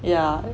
yeah